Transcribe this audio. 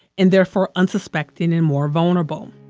and therefore unsuspecting and more vulnerable.